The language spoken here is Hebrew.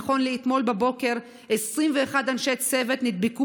נכון לאתמול בבוקר 21 אנשי צוות נדבקו